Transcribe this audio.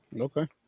Okay